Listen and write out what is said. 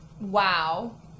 Wow